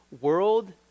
world